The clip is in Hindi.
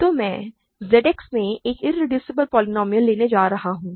तो मैं Z X में एक इरेड्यूसिबल पॉलिनॉमियल लेने जा रहा हूँ